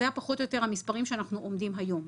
אלה פחות או יותר המספרים עליהם אנחנו עומדים היום.